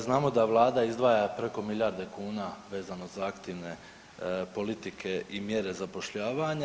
Znamo da vlada izdvaja preko milijarde kuna vezano za aktivne politike i mjere zapošljavanja.